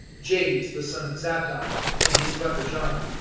james the son of zabdi and his brother john,